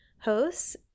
hosts